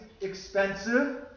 expensive